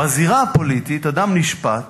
בזירה הפוליטית אדם נשפט